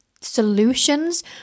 solutions